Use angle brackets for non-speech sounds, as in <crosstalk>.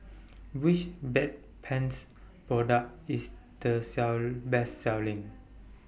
<noise> Which Bedpans Product IS The Best Selling